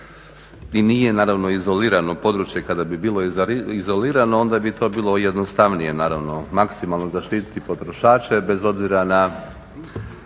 i nije naravno izolirano područje. Kada bi bilo izolirano onda bi to bilo jednostavnije naravno maksimalno zaštiti potrošače, bez obzira na